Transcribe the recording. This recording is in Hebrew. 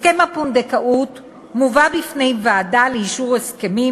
הסכם הפונדקאות מובא בפני ועדה לאישור הסכמים